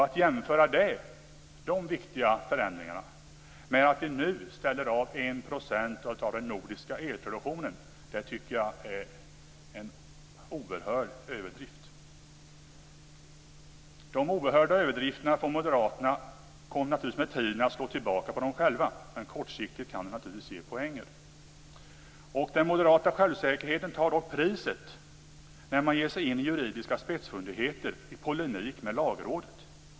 Att jämföra dessa viktiga förändringar med att vi nu ställer av 1 % av den nordiska elproduktionen tycker jag är en oerhörd överdrift. De oerhörda överdrifterna från Moderaterna kommer naturligtvis med tiden att slå tillbaka på dem själva, men kortsiktigt kan de ge poänger. Den moderata självsäkerheten tar dock priset när de ger sig in i juridiska spetsfundigheter i polemik med Lagrådet.